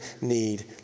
need